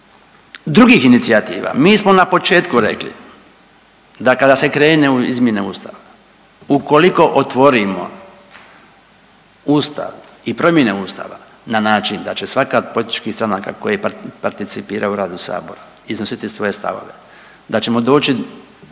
drugih inicijativa, mi smo na početku rekli da kada se krene u izmjene Ustava ukoliko otvorimo Ustav i promjene Ustava na način da će svaka od političkih stranaka koje participiraju u radu sabora iznositi svoje stavove, da ćemo doći